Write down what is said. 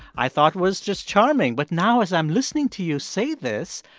i thought was just charming. but now as i'm listening to you say this,